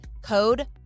Code